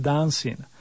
Dancing